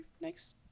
next